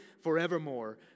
forevermore